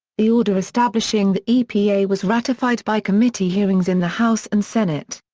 the order establishing the epa was ratified by committee hearings in the house and senate.